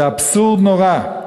זה אבסורד נורא.